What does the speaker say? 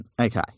okay